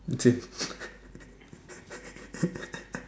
same